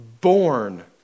born